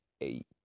eight